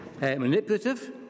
manipulative